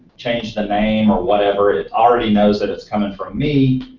change the name or whatever, it already knows that it's coming from me.